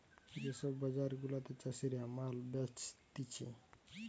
যে সব বাজার গুলাতে চাষীরা মাল বেচতিছে